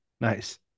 Nice